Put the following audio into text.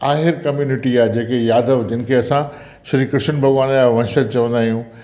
Ahir community आहे जेके यादव जंहिंखें असां श्री कृष्ण भॻवान जा वंशज चवंदा आहियूं